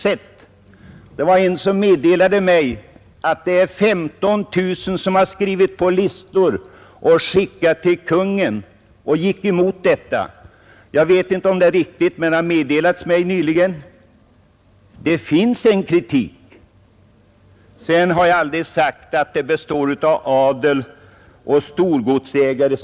Det var en person som nyligen meddelade mig att 15 000 människor har skrivit på listor och skickat till Kungl. Maj:t som protest. Om detta är riktigt finns det ju en kritik. Jag har aldrig sagt att Svenska jägareförbundet består av adel och storgodsägare.